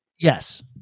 Yes